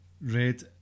red